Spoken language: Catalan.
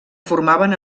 formaven